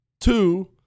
Two